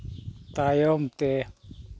ᱛᱟᱭᱚᱢᱛᱮ